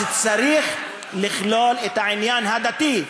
אז צריך לכלול את העניין הדתי,